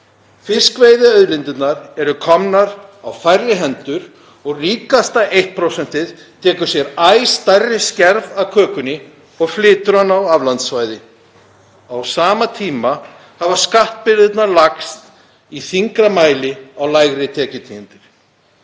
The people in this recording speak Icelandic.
Fiskveiðiauðlindirnar eru komnar á færri hendur. Ríkasta eina prósentið tekur sér æ stærri skerf af kökunni og flytur hana á aflandssvæði. Á sama tíma hafa skattbyrðar lagst í þyngra mæli á lægri tekjutíundir.